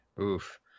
oof